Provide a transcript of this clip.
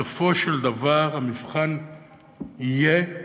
בסופו של דבר, המבחן יהיה בכמויות.